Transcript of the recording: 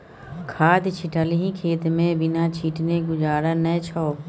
खाद छिटलही खेतमे बिना छीटने गुजारा नै छौ